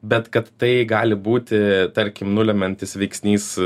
bet kad tai gali būti tarkim nulemiantis veiksnys